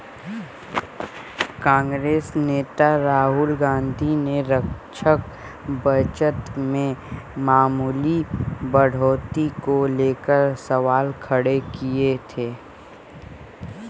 कांग्रेस नेता राहुल गांधी ने रक्षा बजट में मामूली बढ़ोतरी को लेकर सवाल खड़े किए थे